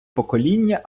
покоління